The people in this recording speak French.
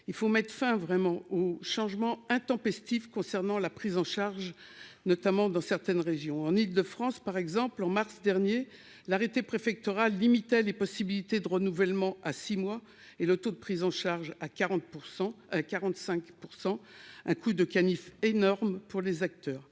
il faut mettre fin vraiment au changement intempestif concernant la prise en charge, notamment dans certaines régions en Île France par exemple, en mars dernier l'arrêté préfectoral limitait les possibilités de renouvellement à 6 mois et le taux de prise en charge à 40 pour 100 45 %, un coup de canif énorme pour les acteurs